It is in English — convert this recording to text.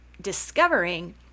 discovering